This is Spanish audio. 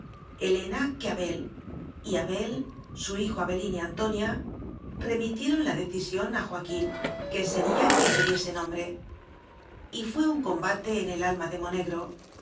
helena que abel y abel su hijo abe lín y antonia remitieron la decisión a joa quín que sería quien le diese nombre y fué un combate en el alma de monegro